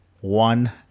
One